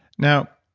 now,